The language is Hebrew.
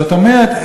זאת אומרת,